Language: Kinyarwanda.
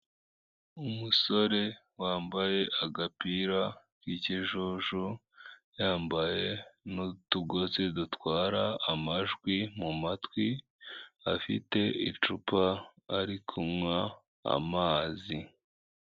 Umusore wambaye agapira k'ikijuju, yambaye n'utugozi dutwara amajwi mu matwi, afite icupa ari kunywa amazi.